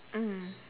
mm